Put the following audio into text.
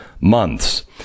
months